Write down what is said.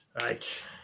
Right